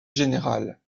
général